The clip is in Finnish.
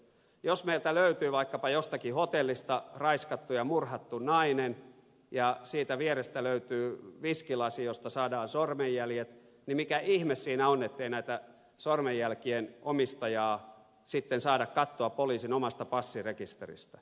jos meiltä löytyy vaikkapa jostakin hotellista raiskattu ja murhattu nainen ja siitä vierestä löytyy viskilasi josta saadaan sormenjäljet niin mikä ihme siinä on ettei sormenjälkien omistajaa sitten saada katsoa poliisin omasta passirekisteristä